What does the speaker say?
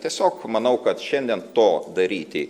tiesiog manau kad šiandien to daryti